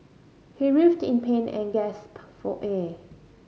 he writhed in pain and gasped for air